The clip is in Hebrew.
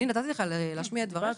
אני נתתי לך להשמיע את דבריך.